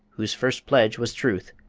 whose first pledge was truth,